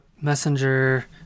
messenger